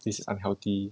this is unhealthy